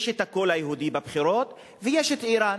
יש את הקול היהודי בבחירות ויש את אירן.